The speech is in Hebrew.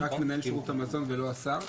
מנהל שירות המזון ולא השר.